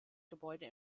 gebäude